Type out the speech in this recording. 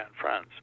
friends